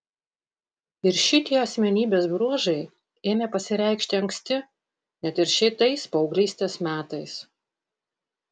ir šitie asmenybės bruožai ėmė pasireikšti anksti net ir šitais paauglystės metais